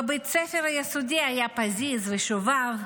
בבית הספר היסודי היה פזיז ושובב,